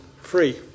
free